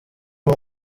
uwo